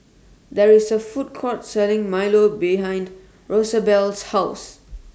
There IS A Food Court Selling Milo behind Rosabelle's House